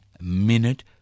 minute